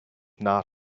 not